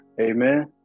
Amen